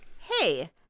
Hey